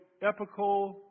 Epical